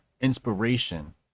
inspiration